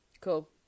Cool